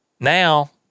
Now